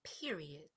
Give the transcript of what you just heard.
Period